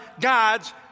God's